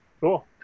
Cool